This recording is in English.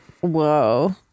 Whoa